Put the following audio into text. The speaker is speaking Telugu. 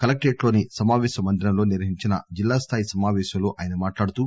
కలెక్టరేట్ లోని సమాపేశ మందిరంలో నిర్వహించిన జిల్లాస్థాయి సమాపేశంలో మాట్లాడుతూ